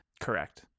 Correct